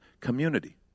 community